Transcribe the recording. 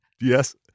yes